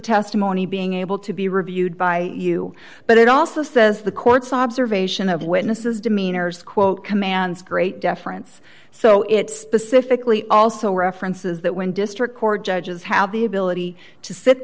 testimony being able to be reviewed by you but it also says the court's observation of witnesses demeanors quote commands great deference so it specifically also references that when district court judges have the ability to sit